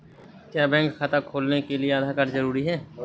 क्या बैंक खाता खोलने के लिए आधार कार्ड जरूरी है?